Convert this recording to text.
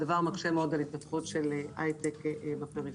הדבר מקשה מאוד על התפתחות הייטק בפריפריה.